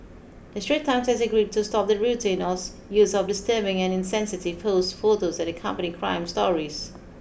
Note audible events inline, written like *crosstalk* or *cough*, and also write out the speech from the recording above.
the Straits Times has agreed to stop the routine *unintelligible* use of disturbing and insensitive posed photos that accompany crime stories